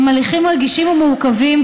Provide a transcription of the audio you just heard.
הם הליכים רגישים ומורכבים,